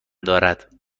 دارد